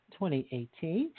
2018